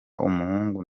umuhungu